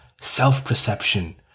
self-perception